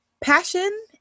Passion